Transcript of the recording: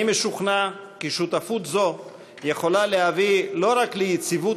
אני משוכנע כי שותפות זו יכולה להביא לא רק ליציבות